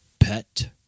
Pet